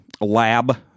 lab